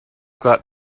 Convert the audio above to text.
got